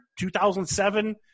2007